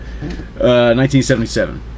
1977